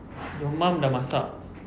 your mum dah masak